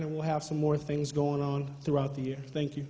and we'll have some more things going on throughout the year thank you